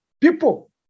people